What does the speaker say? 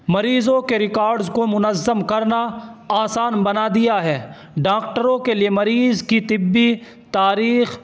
مریضوں کے ریکاڈز کو منظم کرنا آسان بنا دیا ہے ڈاکٹروں کے لیے مریض کی طبی تاریخ